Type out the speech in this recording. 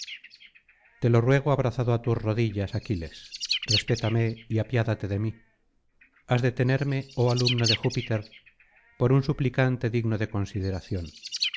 te lo ruego abrazado á tus rodillas aquiles respétame y apiádate de mí has de tenerme oh alumno de júpiter por un suplicante digno de consideración